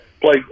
play